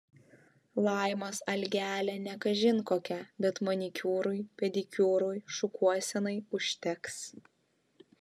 laimos algelė ne kažin kokia bet manikiūrui pedikiūrui šukuosenai užteks